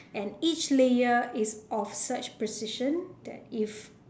and each layer is of such precision that if